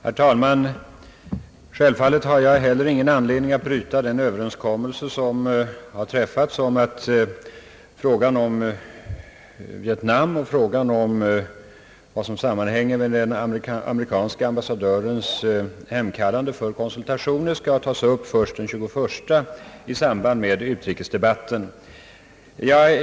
Herr talman! Självfallet har inte heller jag någon anledning att bryta den överenskommelse som träffats om att frågan om Vietnam och frågan om vad som sammanhänger med den amerikanske ambassadörens hemkallande för konsultationer skall tas upp först i samband med utrikesdebatten den 21 mars.